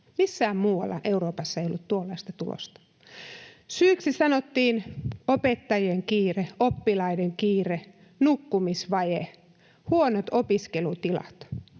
Missään muualla Euroopassa ei ollut tuollaista tulosta. Syiksi sanottiin opettajien kiire, oppilaiden kiire, nukkumisvaje ja huonot opiskelutilat,